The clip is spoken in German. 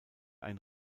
ein